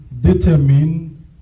determine